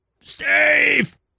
Steve